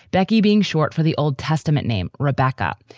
becky being short for the old testament name rebecca.